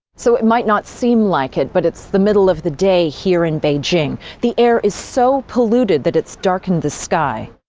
so it might not seem like it, but it's the middle of the day here in beijing. the air is so polluted that its darkened the sky.